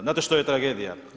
Znate što je tragedija?